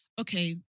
Okay